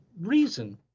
reason